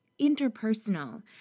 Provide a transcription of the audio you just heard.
interpersonal